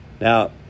Now